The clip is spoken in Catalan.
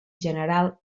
general